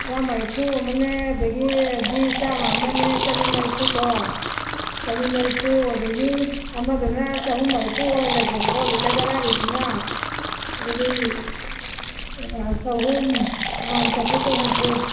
ꯆꯥꯝꯃꯔꯤꯐꯨ ꯑꯃꯅꯦ ꯑꯗꯒꯤ ꯒꯤ ꯆꯥꯝꯃ ꯑꯃꯅꯦ ꯆꯅꯤ ꯃꯔꯤꯐꯨꯀꯣ ꯆꯅꯤ ꯃꯔꯤꯐꯨ ꯑꯗꯒꯤ ꯑꯃꯗꯨꯅ ꯆꯍꯨꯝ ꯃꯔꯤꯐꯨ ꯑꯣꯏꯍꯜꯂꯁꯦꯕꯀꯣ ꯂꯤꯇꯔ ꯇꯔꯥꯒꯤꯗꯨꯅ ꯑꯗꯨꯗꯤ ꯆꯍꯨꯝ ꯑꯥ ꯆꯥꯇ꯭ꯔꯨꯛꯀ ꯍꯨꯝꯐꯨ